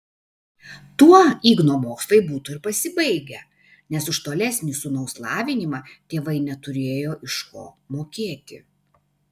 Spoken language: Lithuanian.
tuo igno mokslai būtų ir pasibaigę nes už tolesnį sūnaus lavinimą tėvai neturėjo iš ko mokėti